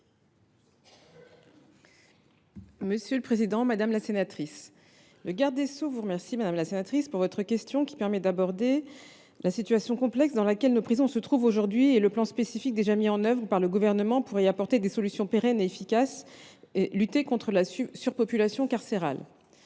Mme la secrétaire d’État. Le garde des sceaux vous remercie, madame la sénatrice, de votre question, qui permet d’aborder la situation complexe dans laquelle nos prisons se trouvent aujourd’hui et le plan spécifique déjà mis en œuvre par le Gouvernement pour y apporter des solutions pérennes et efficaces et lutter contre la surpopulation carcérale.